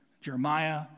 Jeremiah